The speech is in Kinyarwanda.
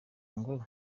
ngo